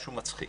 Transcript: משהו מצחיק.